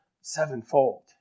Sevenfold